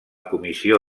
comissió